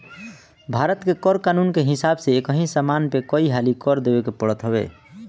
भारत के कर कानून के हिसाब से एकही समान पे कई हाली कर देवे के पड़त हवे